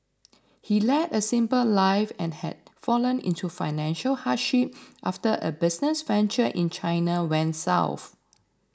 he led a simple life and had fallen into financial hardship after a business venture in China went south